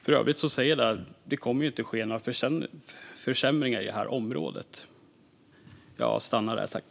För övrigt säger vi att det inte kommer att ske några försämringar på detta område.